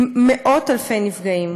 עם מאות אלפי נפגעים.